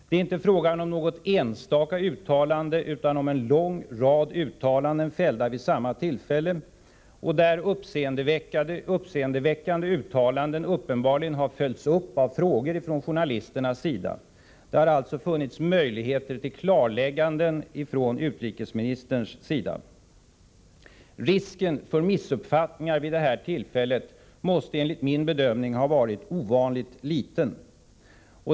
Det är inte fråga om något enstaka uttalande utan om en lång rad, fällda vid samma tillfälle, och uppseendeväckande uttalanden har uppenbarligen följts upp av frågor från journalisterna. Det har alltså funnits möjligheter till klarlägganden av utrikesministern. Risken för missuppfattningar vid detta tillfälle måste enligt min bedömning ha varit ovanligt liten.